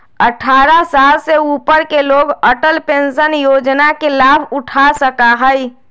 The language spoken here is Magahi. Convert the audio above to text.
अट्ठारह साल से ऊपर के लोग अटल पेंशन योजना के लाभ उठा सका हई